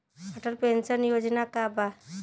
Atal pension Yojana का बा?